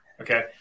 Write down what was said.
Okay